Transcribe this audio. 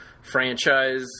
franchise